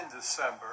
December